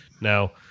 Now